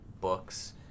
books